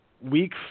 week